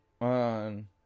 on